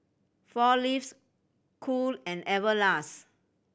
Four Leaves Cool and Everlast